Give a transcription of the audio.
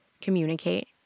communicate